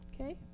Okay